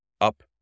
up